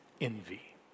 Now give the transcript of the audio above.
envy